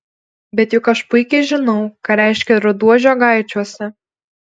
bet juk aš puikiai žinau ką reiškia ruduo žiogaičiuose